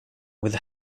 with